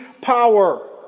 power